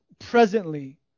presently